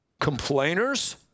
complainers